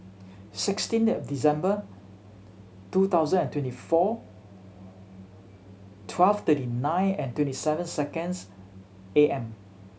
sixteen of December two thousand and twenty four twelve thirty nine and twenty seven seconds A M